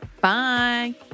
Bye